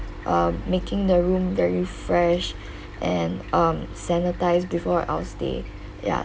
um making the room very fresh and um sanitised before our stay ya